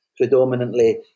predominantly